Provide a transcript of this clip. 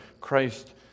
Christ